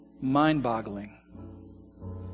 Mind-boggling